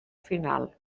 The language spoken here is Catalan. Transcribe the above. final